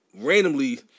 randomly